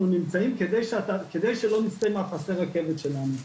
נמצאים על מנת שלא נסטה מפסי הרכבת שלנו.